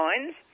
lines